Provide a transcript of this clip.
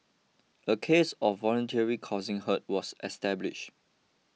a case of voluntarily causing hurt was established